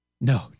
No